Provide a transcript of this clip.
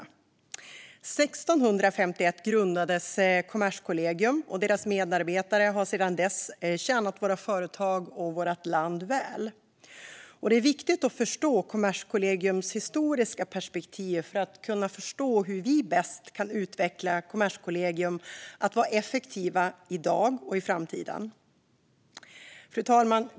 År 1651 grundades Kommerskollegium, och dess medarbetare har sedan dess tjänat våra företag och vårt land väl. Det är viktigt att förstå Kommerskollegiums historiska perspektiv för att kunna förstå hur vi bäst kan utveckla Kommerskollegium att vara effektivt i dag och i framtiden. Fru talman!